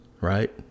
right